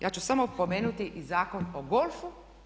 Ja ću samo pomenuti i Zakon o golfu.